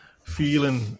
feeling